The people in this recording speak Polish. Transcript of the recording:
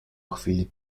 chwili